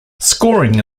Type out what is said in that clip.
scoring